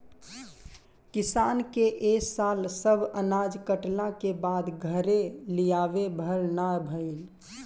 किसान के ए साल सब अनाज कटला के बाद घरे लियावे भर ना भईल